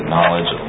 Knowledge